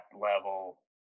level